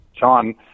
John